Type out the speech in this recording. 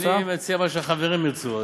אני מציע מה שהחברים ירצו.